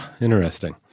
Interesting